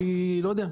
אני לא יודע למה.